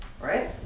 right